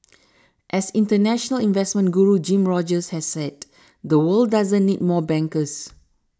as international investment guru Jim Rogers has said the world doesn't need more bankers